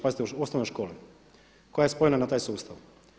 Pazite, u osnovnoj školi koja je spojena na taj sustava.